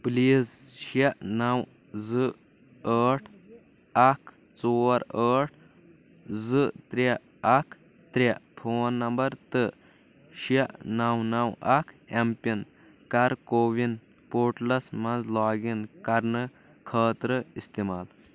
please شیٚے نو زٕ ٲٹھ اکھ ژور ٲٹھ زٕ ترٛےٚ اکھ ترٛےٚ فون نمبر تہٕ شیٚے نو نو اکھ ایٚم پِن کر کو وِن پوٹلس منٛز لاگ اِن کرنہٕ خٲطرٕ استعمال